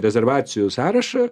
rezervacijų sąrašą